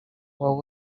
wavuze